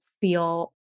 feel